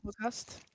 podcast